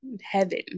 heaven